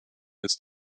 ist